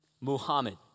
Muhammad